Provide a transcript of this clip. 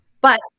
but-